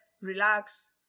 relax